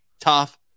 tough